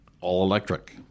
all-electric